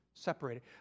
Separated